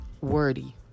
wordy